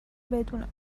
بدونم